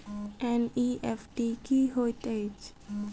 NEFT की होइत अछि?